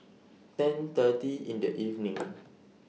ten thirty in The evening